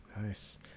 Nice